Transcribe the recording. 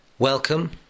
Welcome